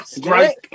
Great